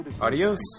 Adios